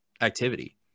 activity